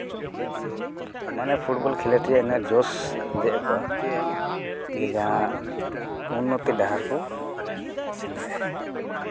ᱢᱟᱱᱮ ᱯᱷᱩᱴᱵᱚᱞ ᱠᱷᱤᱞᱳᱰ ᱨᱮᱭᱟᱜ ᱤᱱᱟᱹᱜ ᱡᱳᱥ ᱫᱮᱡ ᱟᱠᱚᱣᱟ ᱡᱮ ᱡᱟᱦᱟᱸ ᱩᱱᱱᱚᱛᱤ ᱰᱟᱦᱟᱨ ᱠᱚ ᱥᱮᱸᱫᱽᱨᱟᱭᱟ